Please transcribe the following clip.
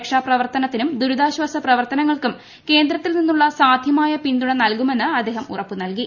രക്ഷാപ്രവർത്തനത്തിനും ദുരിതാശ്വാസ പ്രവർത്തനങ്ങൾക്കും കേന്ദ്രത്തിൽ നിന്നുള്ള സാധ്യമായ പിന്തുണ നൽകുമെന്ന് അദ്ദേഹം ഉറപ്പ് നൽകി